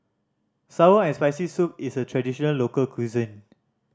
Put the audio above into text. sour and Spicy Soup is a traditional local cuisine